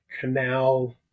canal